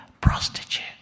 prostitute